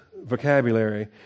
vocabulary